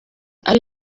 ari